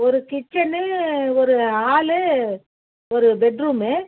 ஒரு கிச்சனு ஒரு ஹாலு ஒரு பெட் ரூம்மு